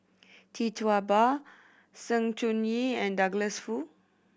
Tee Tua Ba Sng Choon Yee and Douglas Foo